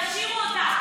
תשאירו אותה.